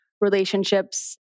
relationships